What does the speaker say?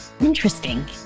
interesting